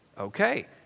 Okay